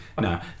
no